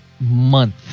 month